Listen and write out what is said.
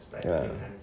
ya